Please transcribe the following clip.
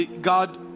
God